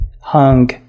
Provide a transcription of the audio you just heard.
hung